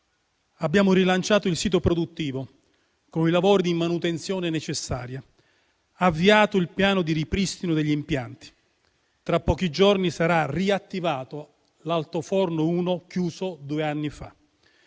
abbiamo rilanciato il sito produttivo con i lavori di manutenzione necessaria, avviato il piano di ripristino degli impianti. Tra pochi giorni sarà riattivato l'altoforno 1, chiuso due anni fa.